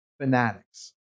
Fanatics